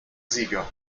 sieger